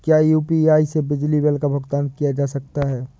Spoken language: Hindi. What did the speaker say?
क्या यू.पी.आई से बिजली बिल का भुगतान किया जा सकता है?